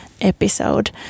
episode